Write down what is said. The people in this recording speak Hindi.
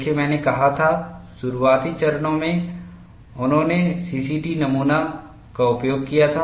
देखिए मैंने कहा था शुरुआती चरणों में उन्होंने सीसीटी नमूना का उपयोग किया था